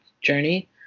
journey